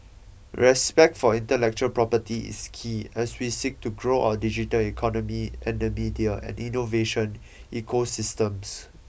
respect for intellectual property is key as we seek to grow our digital economy and the media and innovation ecosystems